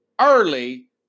early